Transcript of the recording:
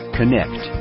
connect